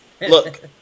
Look